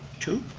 two?